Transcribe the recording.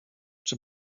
czy